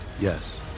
Yes